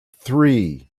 three